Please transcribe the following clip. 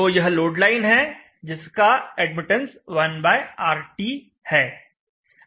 तो यह load line है जिसका एडमिटेंस 1RT है